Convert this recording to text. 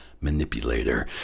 Manipulator